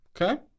Okay